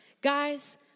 Guys